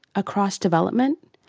across development,